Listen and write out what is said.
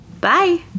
Bye